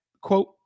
quote